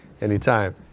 Anytime